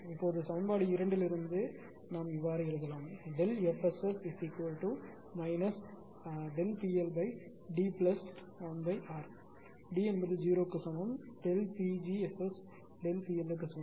இப்போது சமன்பாடு 2 இலிருந்து நாம் எழுதலாம் FSS PLD1R டி 0 க்கு சமம் Δ〖P g〗SS ΔP L க்கு சமம்